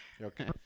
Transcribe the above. Okay